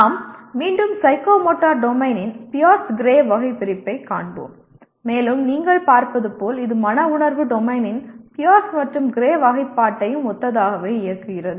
நாம் மீண்டும் சைக்கோமோட்டர் டொமைனின் பியர்ஸ் கிரே வகைபிரிப்பைக் காண்போம் மேலும் நீங்கள் பார்ப்பது போல் இது மன உணர்வு டொமைனின் பியர்ஸ் மற்றும் கிரே வகைப்பாட்டையும் ஒத்ததாகவே இயங்குகிறது